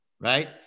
Right